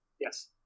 Yes